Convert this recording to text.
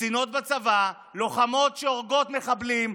קצינות בצבא, לוחמות שהורגות מחבלים,